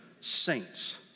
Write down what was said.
saints